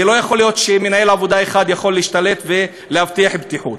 לא יכול להיות שמנהל עבודה אחד יכול להשתלט ולהבטיח בטיחות.